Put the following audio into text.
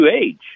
age